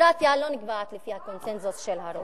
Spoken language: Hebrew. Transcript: ודמוקרטיה לא נקבעת על-פי הקונסנזוס של הרוב.